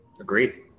Agreed